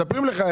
מספרים לך,